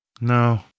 No